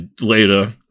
later